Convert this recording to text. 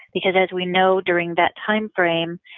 because as we know during that time frame,